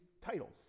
titles